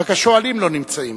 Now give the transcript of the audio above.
רק השואלים לא נמצאים.